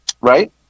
Right